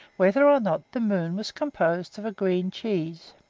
whether or not the moon was composed of green cheese?